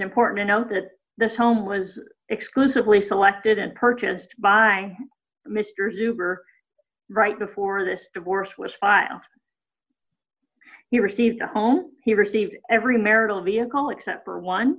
important to note that the home was exclusively selected and purchased by mr zucker right before this divorce was filed he receives a home he receives every marital vehicle except for one